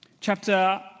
chapter